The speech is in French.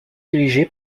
dirigé